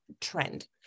trend